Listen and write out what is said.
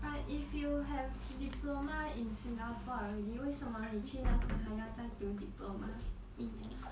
but if you have diploma in singapore already 为什么你去那边还要再读 diploma